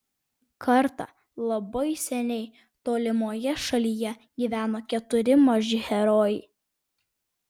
kartą labai seniai tolimoje šalyje gyveno keturi maži herojai